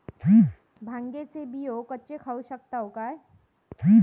भांगे चे बियो कच्चे खाऊ शकताव काय?